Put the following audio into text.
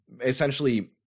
essentially